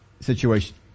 situation